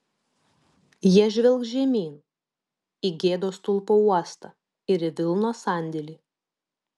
jie žvelgs žemyn į gėdos stulpo uostą ir į vilnos sandėlį